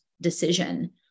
decision